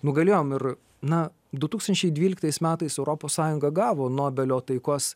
nugalėjom ir na du tūkstančiai dvyliktais metais europos sąjunga gavo nobelio taikos